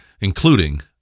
including